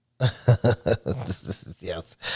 Yes